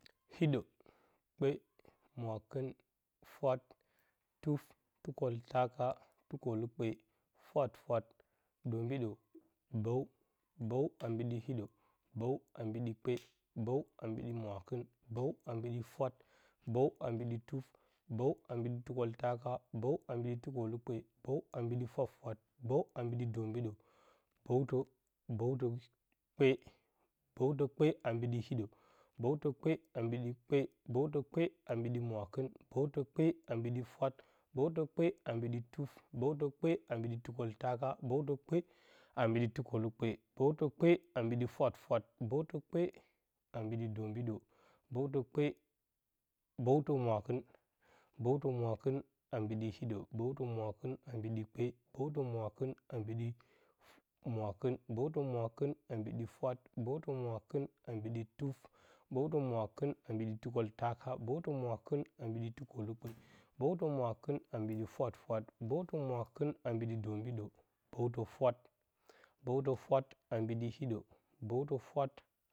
Hiɗə, kpe, mwakɨn, fwat, tuf, takoltaka, takolukpe, fwafwat, dombiɗə, bəw, bəw a mbiɗi hiɗə, bəw a mbiɗi kpe, bəw a mbiɗi mwakɨn, bəw a mbiɗi fwat, bəw a mbiɗi tuf, bəw a mbiɗi tukoltaka, bəw a mbiɗi tukolukpe, bəw a mbiɗi fwafwat, bəw a mbiɗi dombiɗə, bəwot bəwtə kpe. Bəwtə kpe a mbiɗi hiɗə. k bəwtə kpe a mbiɗi kpe, bəwtə kpe a mbidi maraka bəwtə kpe a mbiɗi fwat, bawtə kpe a mbiɗi tuf, bətə kpe a mbiɗi tukoltaka bəwtə kpe a mbiɗi tukolukpe, bəwtə kpe a mbiɗi fwafwat, bəwtə kpe a mbiɗi dom biɗə bbəwtə kpe bəwtə mwakɨn. Bəwtə mwakɨn, bəwtə mwakɨn a mbidi hiɗə, bəwtə mwakɨn a mbiɗi kpe. k bowtə mwakɨn a mbiɗi fwat, bəwtə mwakɨ a mbiɗi tuf, bəwtə mwakɨn a mbiɗi tuko to be bowto nawakɨ a mbidi tuko lu kpe, bore mwakɨ a mbiɗi fwafwat bowtə imwakɨ a mbiɗi dombiɗo, bowtə fwat. Bəwtə fwat, bəwtə fwat a mbiɗi hiɗə bəwtə fwato.